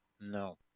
No